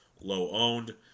low-owned